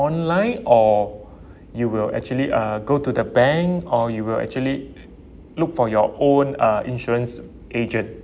online or you will actually uh go to the bank or you will actually look for your own uh insurance agent